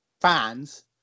fans